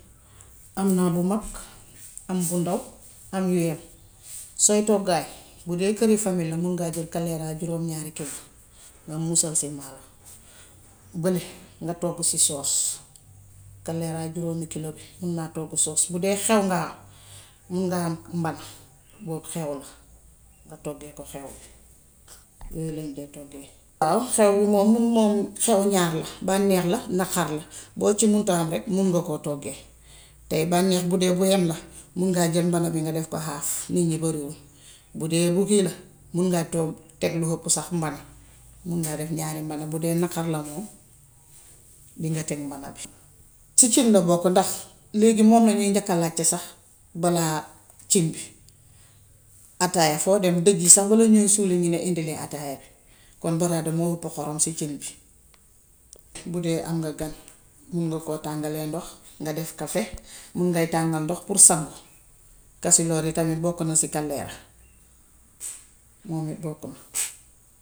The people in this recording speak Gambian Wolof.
Am naa bu mag, am bu ndaw, am yu yem. Sooy togg hañ, bu dee këri fami la, mun ngaa jël kaleeraa juróom-ñaari kilo nga muusal si maalo, bële nga toggu si soos. Kaleeraa juróomi kilo bi mun naa togg soos bu dee xew nga ham, mun ngaa hàbb mbana. Boobu xel la, nga toggee ko xew bi. Yooy lañ dee toggee. Waaw xew moom moom xew ñaar la: bànneex la, naqar la. Boo ci munta ham rekk munnga koo toggee. Tay bànneex bu dee bu yem la mun ngaa jël mbana bi nga def ko half nit ñi barewuñ. Bu dee bu kii la, mun ngaa toggu teg lu hëpp sax mbana. Mun ngaa def ñaari mbana. Bu dee naqar la moom, dinga teg mbana bi. Ci cin la bokk ndax léegi moom lañiy njëkk a laajte sax balaa cin bi. Attaaya foo dem, dëj yi sax baala ñuy suuli ñu ni undileen attaaya bi. Kon baraada moo ëpp xorom si cin bi. Bu dee am nga gan, mun nga koo tàngale ndox, nga def kafe, mun ngay tàngal ndox pour sangu. Kasiloor yi tam bokk na si kaleeraa. Moom it bokk na.